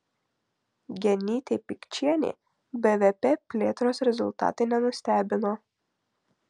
genytė pikčienė bvp plėtros rezultatai nenustebino